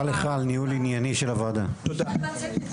הישיבה ננעלה בשעה 09:54.